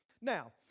Now